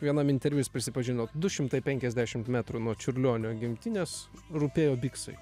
vienam interviu jis prisipažino du šimtai penkiasdešimt metrų nuo čiurlionio gimtinės rūpėjo biksai